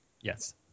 Yes